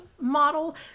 model